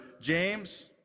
James